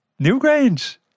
Newgrange